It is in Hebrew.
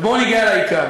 אבל בואו נגיע לעיקר.